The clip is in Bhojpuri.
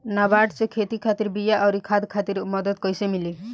नाबार्ड से खेती खातिर बीया आउर खाद खातिर मदद कइसे मिली?